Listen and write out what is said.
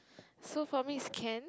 so for me is can